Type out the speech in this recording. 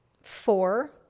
four